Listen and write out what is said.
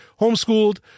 homeschooled